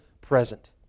present